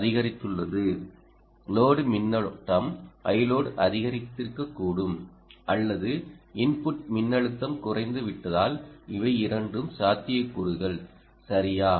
அதிகரித்துள்ளது லோடு மின்னோட்டம் Iload அதிகரித்திருக்க கூடும் அல்லது இன்புட் மின்னழுத்தம் குறைந்துவிட்டதால் இவை இரண்டும் சாத்தியக்கூறுகள் சரியா